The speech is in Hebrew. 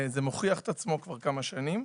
זה מוכיח עצמו כבר כמה שנים.